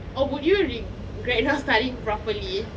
orh would you regret not studying properly